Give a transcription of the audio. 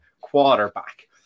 quarterback